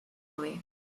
away